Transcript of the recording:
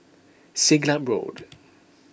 Siglap Road